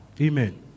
Amen